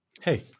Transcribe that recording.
Hey